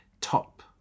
top